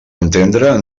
entendre